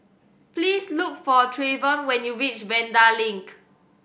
please look for Treyvon when you reach Vanda Link